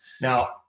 Now